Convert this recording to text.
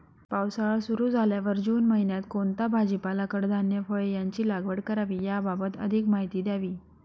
पावसाळा सुरु झाल्यावर जून महिन्यात कोणता भाजीपाला, कडधान्य, फळे यांची लागवड करावी याबाबत अधिक माहिती द्यावी?